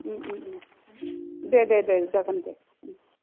दे दे जागोन दे